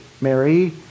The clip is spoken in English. Mary